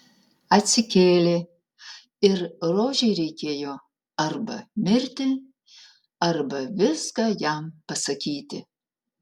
atsikėlė ir rožei reikėjo arba mirti arba viską jam pasakyti